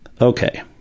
Okay